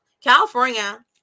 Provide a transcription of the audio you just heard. California